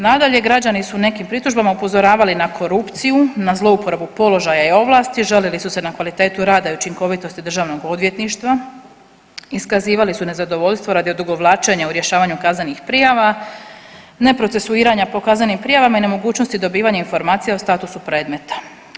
Nadalje, građani su nekim pritužbama upozoravali na korupciju, na zlouporabu položaja i ovlasti, žalili su se na kvalitetu rada i učinkovitosti Državnog odvjetništva, iskazivali su nezadovoljstvo radi odugovlačenja u rješavanju kaznenih prijava, neprocesuiranja po kaznenim prijavama i nemogućnosti dobivanja informacija o statusu predmeta.